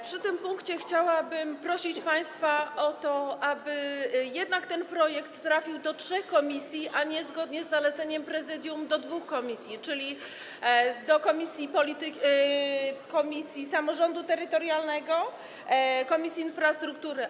Przy tym punkcie chciałabym prosić państwa o to, aby jednak ten projekt trafił do trzech komisji, a nie, zgodnie z zaleceniem Prezydium, do dwóch, czyli do komisji samorządu terytorialnego i Komisji Infrastruktury.